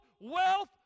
wealth